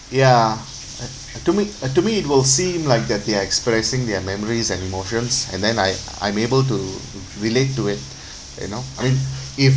ya uh uh to me uh to me it will seem like that they are expressing their memories and emotions and then I I'm able to relate to it you know I mean if